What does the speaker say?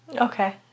Okay